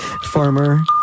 farmer